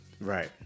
Right